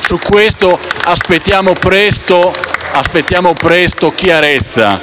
Su questo aspettiamo presto chiarezza,